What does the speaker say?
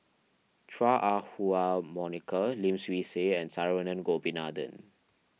Chua Ah Huwa Monica Lim Swee Say and Saravanan Gopinathan